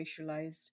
racialized